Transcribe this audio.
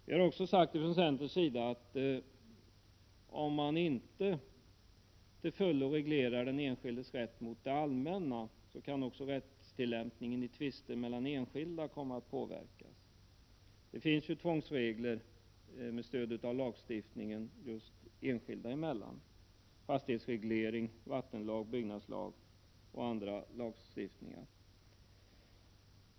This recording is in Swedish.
Vi har från centerns sida också sagt att om man inte till fullo reglerar den enskildes rätt mot det allmänna kan också rättstillämpningen i tvister mellan enskilda komma att påverkas. Det finns lagregler för tvång enskilda emellan i t.ex. fastighetsregleringen, vattenlagen och byggnadslagen m.fl. lagar.